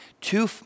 two